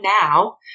now